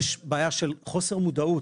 יש בעיה של חוסר מודעות,